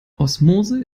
osmose